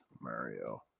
mario